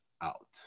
out